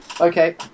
Okay